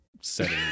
setting